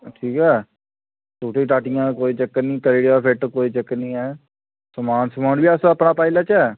ठीक ऐ टुट्टियें टाट्टियें दा कोई चक्कर निं करी ओड़ेओ फिट कोई चक्कर नेईं ऐ समान समान बी अस अपना पाई लैचे